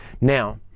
now